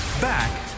back